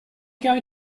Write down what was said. going